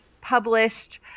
published